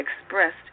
expressed